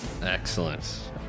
Excellent